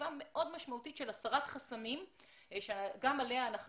לחשיבה מאוד משמעותית של הסרת חסמים שגם עליה אנחנו